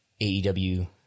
AEW